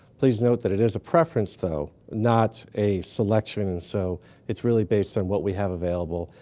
please note, that it is a preference though, not a selection and so it's really based on what we have available.